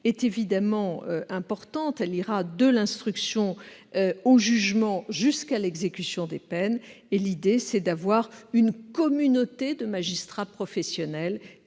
est évidemment importante : elle ira de l'instruction au jugement, et jusqu'à l'exécution des peines. L'idée est de créer une communauté de magistrats professionnels